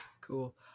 Cool